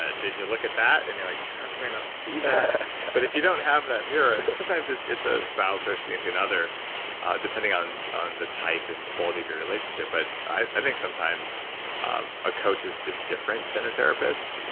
did you look at that? and you're like, how could i not see that? but if you don't have that mirror, sometimes it's it's a spouse or significant other depending on on the type and quality of your relationship. but i think sometimes um a coach is is different than a therapist.